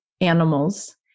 animals